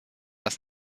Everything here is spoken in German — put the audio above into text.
das